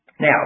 Now